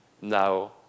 now